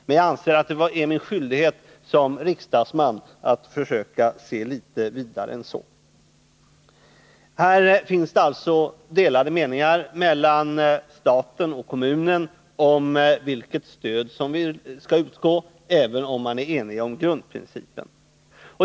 Men jag anser att det är min skyldighet som riksdagsman att försöka se litet längre än så. Det råder alltså delade meningar mellan staten och kommunen om vilket stöd som skall utgå, även om man är enig om grundprincipen.